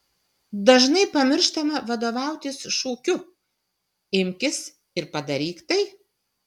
dažnai pamirštame vadovautis šūkiu imkis ir padaryk tai